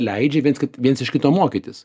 leidžia viens ki viens iš kito mokytis